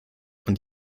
und